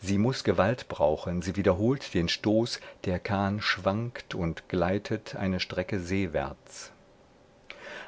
sie muß gewalt brauchen sie wiederholt den stoß der kahn schwankt und gleitet eine strecke seewärts